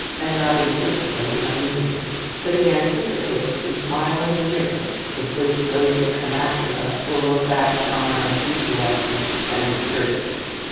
and not infrequently amusing but he anticipates the smiling indifference with which those who come after us will look back upon our enthusiasms and absurdities.